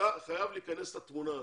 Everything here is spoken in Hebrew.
אתה חייב להיכנס לתמונה הזאת.